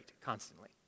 constantly